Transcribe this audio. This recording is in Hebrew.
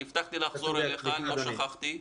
הבטחתי לחזור אליך ולא שכחתי.